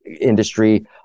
industry